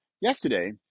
yesterday